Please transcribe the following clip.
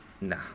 nah